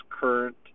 current